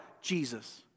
Jesus